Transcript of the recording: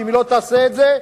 ואם היא לא תעשה את זה,